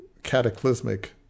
cataclysmic